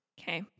Okay